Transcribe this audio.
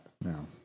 No